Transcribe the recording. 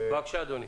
בבקשה, אדוני.